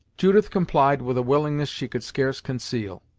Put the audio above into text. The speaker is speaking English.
judith complied with a willingness she could scarce conceal.